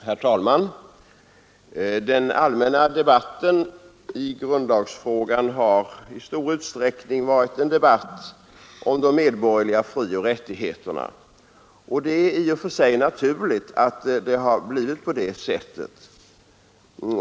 Herr talman! Den allmänna debatten i grundlagsfrågan har i stor utsträckning varit en debatt om de medborgerliga frioch rättigheterna, och det är i och för sig naturligt att det har blivit på det sättet.